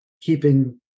keeping